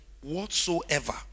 whatsoever